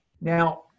now